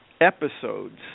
episodes